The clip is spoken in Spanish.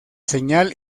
señal